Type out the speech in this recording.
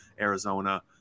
Arizona